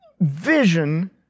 Vision